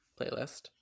playlist